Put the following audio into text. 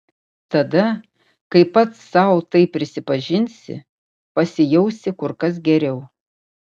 tada kai pats sau tai prisipažinsi pasijausi kur kas geriau